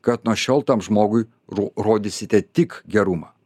kad nuo šiol tam žmogui ro rodysite tik gerumą